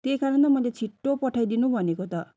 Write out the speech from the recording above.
त्यही कारण त मैले छिट्टो पठाइदिनु भनेको त